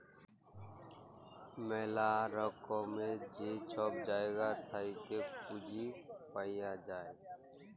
ম্যালা রকমের যে ছব জায়গা থ্যাইকে পুঁজি পাউয়া যায়